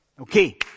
Okay